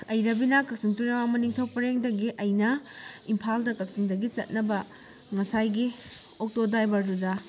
ꯑꯩ ꯔꯕꯤꯅꯥ ꯀꯛꯆꯤꯡ ꯇꯨꯔꯦꯜ ꯋꯥꯡꯃ ꯅꯤꯡꯊꯧ ꯄꯔꯦꯡꯗꯒꯤ ꯑꯩꯅ ꯏꯝꯐꯥꯜꯗ ꯀꯛꯆꯤꯡꯗꯒꯤ ꯆꯠꯅꯕ ꯉꯁꯥꯏꯒꯤ ꯑꯣꯛꯇꯣ ꯗꯥꯏꯚꯔꯗꯨꯗ